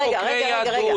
רגע,